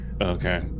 Okay